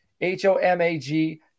H-O-M-A-G